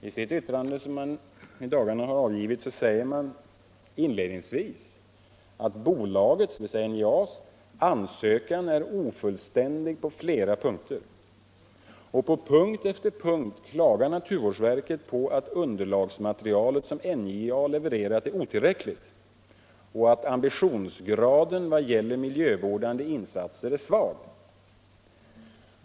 I ett yttrande som verket i dagarna avgivit säger man inledningsvis att ”bolagets” — dvs. NJA:s - ”ansökan är ofullständig på flera punkter”. På punkt efter punkt klagar naturvårdsverket över att det underlagsmaterial som NJA levererat är otillräckligt och att ambitionsgraden vad gäller miljövårdande insatser är låg.